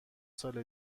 سال